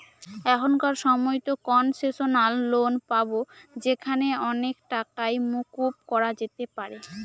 এখনকার সময়তো concessional loan পাবো যেখানে অনেক টাকাই মকুব করা যেতে পারে